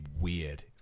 weird